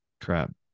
crap